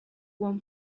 one